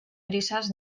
brisas